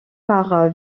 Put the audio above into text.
par